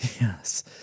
Yes